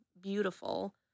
beautiful